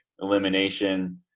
elimination